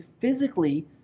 physically